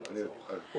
האופוזיציה צריכה לעזור.